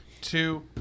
two